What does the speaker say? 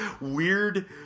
weird